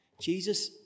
Jesus